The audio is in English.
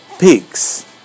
pigs